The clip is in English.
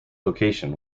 location